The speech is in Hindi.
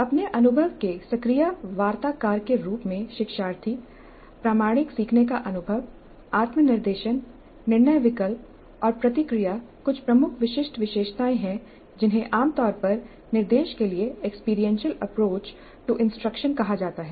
अपने अनुभव के सक्रिय वार्ताकार के रूप में शिक्षार्थी प्रामाणिक सीखने का अनुभव आत्म निर्देशन निर्णय विकल्प और प्रतिक्रिया कुछ प्रमुख विशिष्ट विशेषताएं हैं जिन्हें आमतौर पर निर्देश के लिए एक्सपीरियंशियल अप्रोच टू इंस्ट्रक्शन कहा जाता है